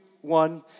one